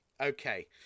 okay